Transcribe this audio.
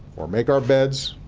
or make our beds,